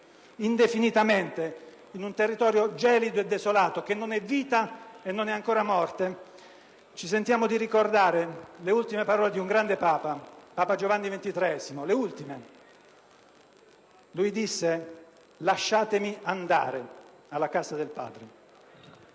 indefinitamente, in un territorio gelido e desolato che non è vita e non è ancora morte, vogliamo ricordare le ultime parole di un grande Papa, papa Giovanni Paolo II, che disse: «Lasciatemi andare alla casa del Padre».